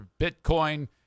Bitcoin